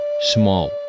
small